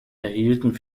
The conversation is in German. erhielten